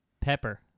pepper